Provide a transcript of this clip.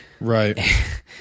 Right